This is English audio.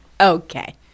Okay